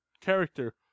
character